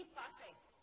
perfect